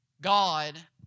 God